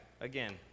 again